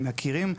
הם מכירים.